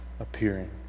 appearing